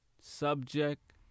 Subject